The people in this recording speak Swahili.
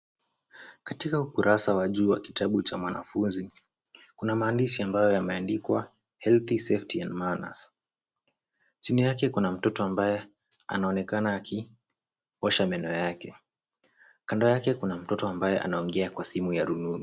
Katika ukurasa wa juu wa kitabu cha mwanafunzi. Kuna maandishi ambayo yameandikwa healthy safety and manners . Chini yake kuna mtoto ambaye anaonekana akiosha meno yake. Kando yake kuna mtoto ambaye anaongea kwa simu ya rununu.